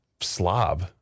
slob